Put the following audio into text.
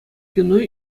кино